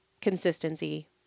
consistency